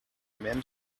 même